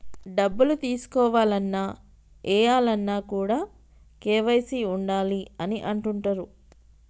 డబ్బులు తీసుకోవాలన్న, ఏయాలన్న కూడా కేవైసీ ఉండాలి అని అంటుంటరు